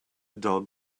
dog